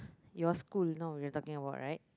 your school now we're talking about right